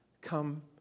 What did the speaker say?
Come